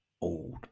old